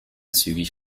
zügig